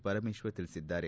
ಪರಮೇಶ್ವರ್ ತಿಳಿಸಿದ್ದಾರೆ